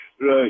Right